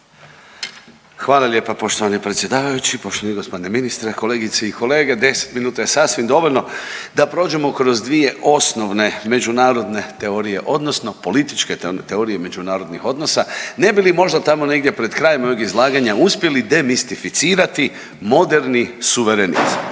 Hvala lijepa poštovani predsjedavajući, poštovani gospodine ministre, kolegice i kolege. 10 minuta je sasvim dovoljno da prođemo kroz dvije osnovne međunarodne teorije, odnosno političke teorije međunarodnih odnosa, ne bi li možda tamo negdje pred kraj mog izlaganja uspjeli demistificirati moderni suverenizam.